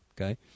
okay